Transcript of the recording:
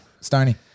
stony